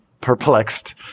perplexed